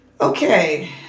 Okay